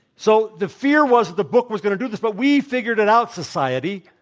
so, the fear was the book was going to do this, but we figured it out, society.